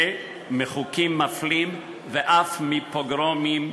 מחוקים מפלים ואף מפוגרומים,